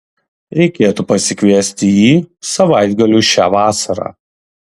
reikėtų pasikviesti jį savaitgaliui šią vasarą